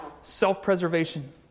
self-preservation